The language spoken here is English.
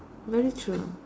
very true